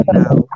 now